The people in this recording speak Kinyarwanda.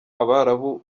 abarabu